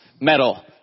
metal